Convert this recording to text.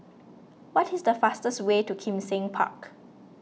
what is the fastest way to Kim Seng Park